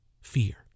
Fear